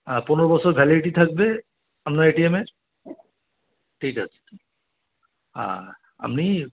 আর পনেরো বছর ভ্যালিডিটি থাকবে আপনার এটিএমের ঠিক আছে হ্যাঁ আপনি